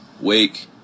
Wake